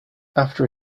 after